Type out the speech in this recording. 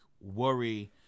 worry